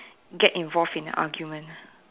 get involved in a argument